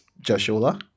Joshua